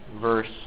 verse